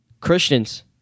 Christians